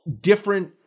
different